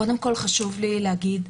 קודם כל חשוב לי להגיד,